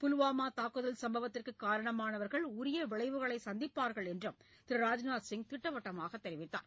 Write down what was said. புல்வாமா தாக்குதல் சம்பவத்திற்கு காரணமானவர்கள் உரிய விளைவுகளை சந்திப்பார்கள் என்று திரு ராஜ்நாத் சிங் திட்டவட்டமாக தெரிவித்தார்